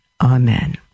Amen